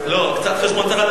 קצת חשבון צריך,